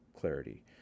clarity